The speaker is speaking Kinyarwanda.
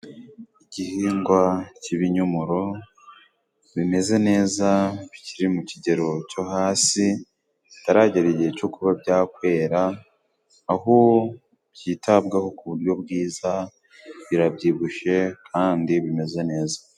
Igihingwa cy'ibinyomoro bimeze neza bikiri mu kigero cyo hasi bitaragera igihe cyo kuba byakwera aho byitabwaho ku buryo bwiza birabyibushye kandi bimeze neza